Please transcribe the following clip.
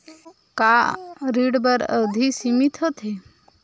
का ऋण बर अवधि सीमित होथे?